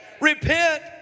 Repent